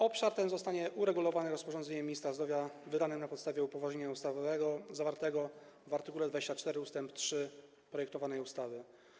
Obszar ten zostanie uregulowany rozporządzeniem ministra zdrowia wydanym na podstawie upoważnienia ustawowego zawartego w art. 24 ust. 3 projektowanej ustawy.